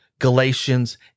Galatians